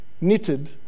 knitted